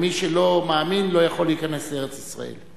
ומי שלא מאמין לא יכול להיכנס לארץ-ישראל.